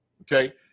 okay